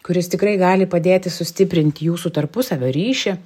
kuris tikrai gali padėti sustiprint jūsų tarpusavio ryšį